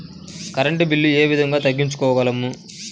Current bill ఏ విధంగా తగ్గించుకోగలము?